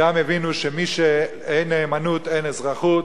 שם הבינו שאין נאמנות, אין אזרחות.